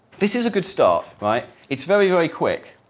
this is a good start, right, it's very very quick.